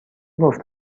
گفت